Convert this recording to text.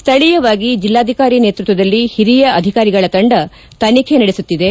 ಸ್ಥಳೀಯವಾಗಿ ಜಿಲ್ಲಾಧಿಕಾರಿ ನೇತೃತ್ವದಲ್ಲಿ ಒರಿಯ ಅಧಿಕಾರಿಗಳ ತಂಡ ತನಿಖೆ ನಡೆಸುತ್ತಿದೆ